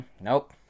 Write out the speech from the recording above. Nope